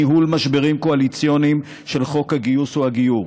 ניהול משברים קואליציוניים של חוק הגיוס או הגיור,